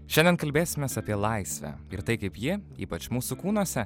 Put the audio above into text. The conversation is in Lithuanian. šiandien kalbėsimės apie laisvę ir tai kaip ji ypač mūsų kūnuose